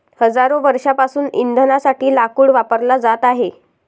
हजारो वर्षांपासून इंधनासाठी लाकूड वापरला जात आहे